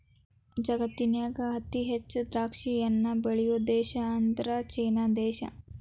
ಜಗತ್ತಿನ್ಯಾಗ ಅತಿ ಹೆಚ್ಚ್ ದ್ರಾಕ್ಷಿಹಣ್ಣನ್ನ ಬೆಳಿಯೋ ದೇಶ ಅಂದ್ರ ಚೇನಾ ದೇಶ